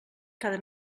cada